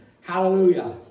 hallelujah